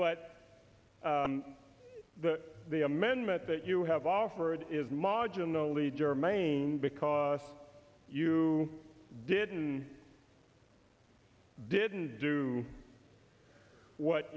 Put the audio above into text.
but the amendment that you have offered is marginally germane because you didn't didn't do what